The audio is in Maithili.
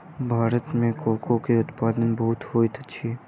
भारत में कोको के उत्पादन बहुत होइत अछि